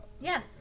yes